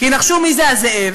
כי נחשו מי זה הזאב.